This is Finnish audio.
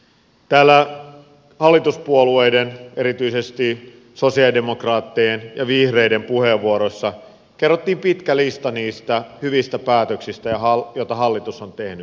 täällä hallituspuolueiden erityisesti sosialidemokraattien ja vihreiden puheenvuoroissa kerrottiin pitkä lista niistä hyvistä päätöksistä joita hallitus on tehnyt